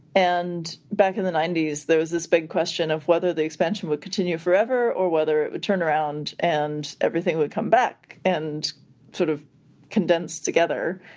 and back in the ninety s there was this big question of whether the expansion would continue forever or whether it would turn around and everything would come back and sort of condense together.